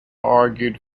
argued